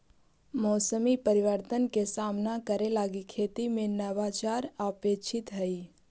मौसमी परिवर्तन के सामना करे लगी खेती में नवाचार अपेक्षित हई